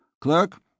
Clerk